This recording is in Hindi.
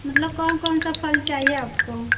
मतलब कौन कौन सा फल चाहिए आपको